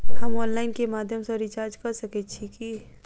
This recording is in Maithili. हम ऑनलाइन केँ माध्यम सँ रिचार्ज कऽ सकैत छी की?